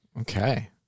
Okay